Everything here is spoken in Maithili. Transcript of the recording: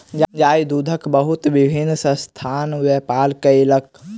गाय दूधक बहुत विभिन्न संस्थान व्यापार कयलक